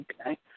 Okay